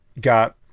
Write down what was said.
got